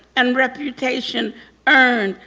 and reputation earned,